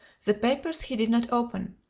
the papers he did not open,